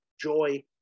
joy